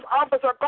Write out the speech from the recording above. officer